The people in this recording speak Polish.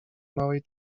małej